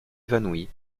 évanoui